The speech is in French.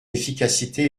efficacité